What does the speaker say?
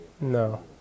No